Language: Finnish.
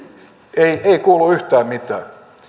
ei ei kuulu yhtään mitään